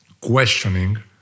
questioning